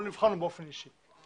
לא נבחר באופן אישי.